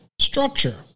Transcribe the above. structure